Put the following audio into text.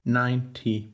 ninety